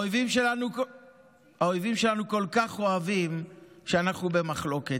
ולסיום: האויבים שלנו כל כך אוהבים שאנחנו במחלוקת.